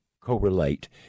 correlate